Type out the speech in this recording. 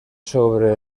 sobre